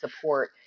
support